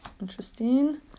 interesting